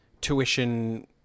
tuition